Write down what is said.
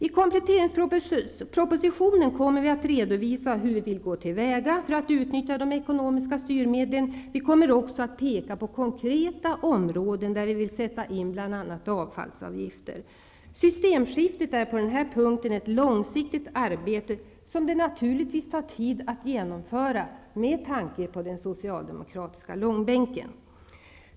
I kompletteringspropositionen kommer vi att redovisa hur vi vill gå till väga för att utnyttja de ekonomiska styrmedlen. Vi kommer också att peka på konkreta områden där vi vill sätta in bl.a. avfallsavgifter. Systemskiftet är på den här punkten ett långsiktigt arbete, som det naturligtvis tar tid att genomföra, med tanke på den socialdemokratiska långbänken.